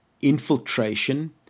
infiltration